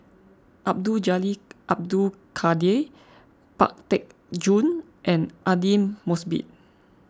Abdul Jalil Abdul Kadir Pang Teck Joon and Aidli Mosbit